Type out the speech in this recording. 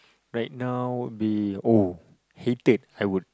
right now be oh hated I would